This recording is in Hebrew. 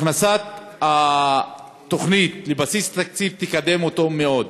הכנסת התוכנית לבסיס התקציב תקדם אותו מאוד.